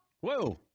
Whoa